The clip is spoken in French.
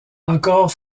encore